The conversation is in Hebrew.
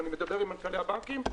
ואני מדבר עם מנכ"לי הבנקים,